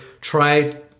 try